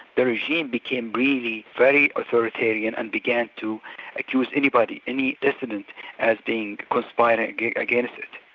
the regime became really very authoritarian and began to accuse anybody, any dissident as being conspiring against it.